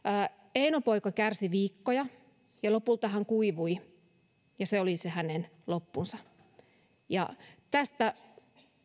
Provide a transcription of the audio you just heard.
eino poika kärsi viikkoja ja lopulta hän kuivui ja se oli hänen loppunsa tästä